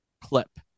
clip